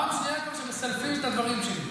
כבר פעם שנייה שמסלפים את הדברים שלי.